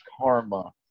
karma